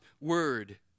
Word